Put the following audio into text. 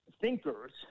thinkers